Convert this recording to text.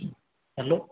hello